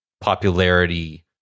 popularity